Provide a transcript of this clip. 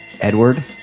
Edward